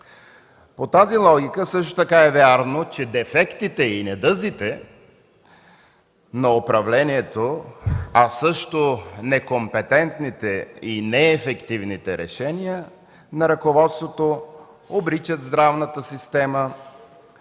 По тази логика също така е вярно, че дефектите и недъзите на управлението, а също некомпетентните и неефективните решения на ръководството обричат здравната система